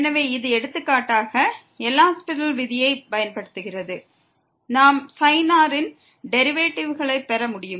எனவே இது எடுத்துக்காட்டாக எல் ஹாஸ்பிடல் விதியைப் பயன்படுத்துகிறது நாம் sin r இன் டெரிவேட்டிவ்களைப் பெற முடியும்